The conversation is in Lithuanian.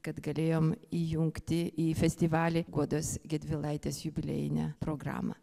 kad galėjom įjungti į festivalį guodos gedvilaitės jubiliejinę programą